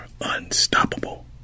unstoppable